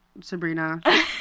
Sabrina